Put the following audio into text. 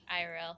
IRL